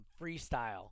freestyle